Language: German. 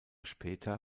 später